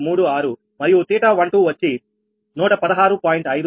36 మరియు 𝜃12 వచ్చి 116